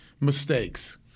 mistakes